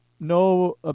No